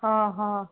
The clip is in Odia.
ହଁ ହଁ